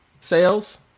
sales